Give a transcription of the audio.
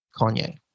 Kanye